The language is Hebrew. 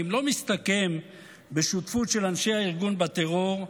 לא מסתכמים בשותפות של אנשי הארגון בטרור,